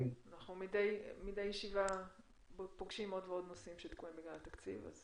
אנחנו מדי ישיבה פוגשים עוד ועוד נושאים שתקועים בגלל התקציב.